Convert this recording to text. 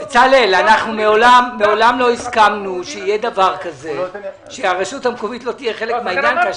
מעולם לא הסכמנו שהרשות המקומית לא תהיה חלק מהעניין.